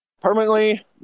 permanently